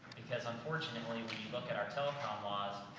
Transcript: because unfortunately, if you look at our telecom laws,